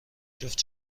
جفت